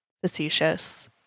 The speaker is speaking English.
facetious